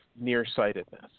nearsightedness